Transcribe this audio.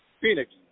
Phoenix –